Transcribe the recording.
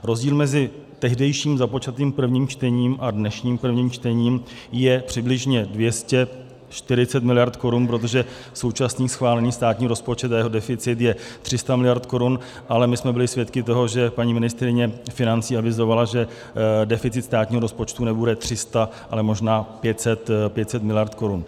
Rozdíl mezi tehdejším započatým prvním čtením a dnešním prvním čtením je přibližně 240 mld. korun, protože současný schválený státní rozpočet a jeho deficit je 300 mld. korun, ale my jsme byli svědky toho, že paní ministryně financí avizovala, že deficit státního rozpočtu nebude 300, ale možná 500 mld. korun.